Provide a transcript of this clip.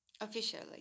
Officially